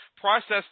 processed